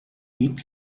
dit